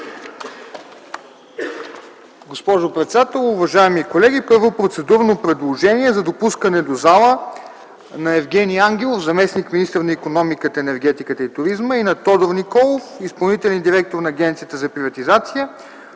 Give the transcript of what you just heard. Госпожо председател, уважаеми колеги! Първо, процедурно предложение за допускане в залата на: Евгени Ангелов – заместник-министър на икономиката, енергетиката и туризма, Тодор Николов – изпълнителен директор на Агенцията за приватизация,